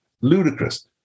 ludicrous